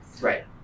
Right